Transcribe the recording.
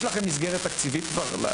יש לכם מסגרת תקציבית כבר לאירוע הזה?